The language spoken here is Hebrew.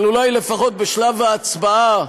אבל אולי לפחות בשלב ההצבעה